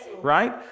Right